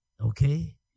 Okay